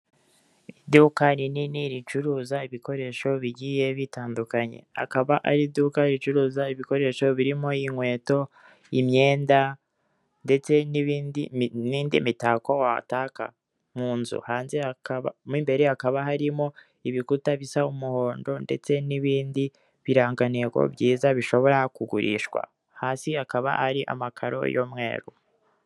Iduka rinini ricuruza ibikoresho bigiye bitandukanye akaba ari iduka ricuruza ibikoresho birimo inkweto, imyenda ndetse n'indi mitako wataka mu nzu hanze mimbere hakaba harimo ibikuta bisa umuhondo ndetse n'ibindi birangantego byiza bishobora kugurishwa hasi akaba ari amakaro y'umweru.